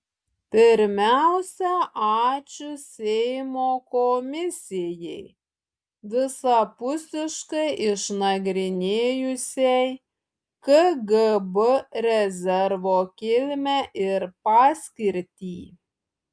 pirmiausia ačiū seimo komisijai visapusiškai išnagrinėjusiai kgb rezervo kilmę ir paskirtį